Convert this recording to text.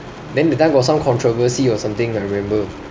then that time got some controversy or something I remember